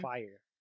Fire